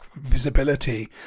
visibility